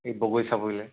এই বগৰী চাপৰিলৈ